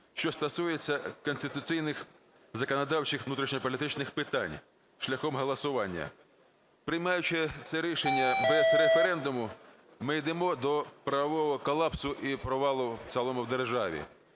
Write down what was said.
що стосуються конституційних, законодавчих, внутрішньополітичних, питань шляхом голосування. Приймаючи це рішення без референдуму, ми йдемо до правового колапсу і провалу в цілому в державі.